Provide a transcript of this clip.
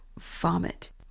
vomit